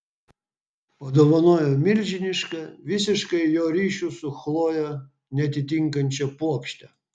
padovanojo milžinišką visiškai jo ryšių su chloje neatitinkančią puokštę